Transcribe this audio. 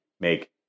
make